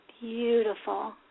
beautiful